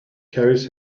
carries